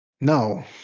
No